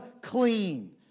clean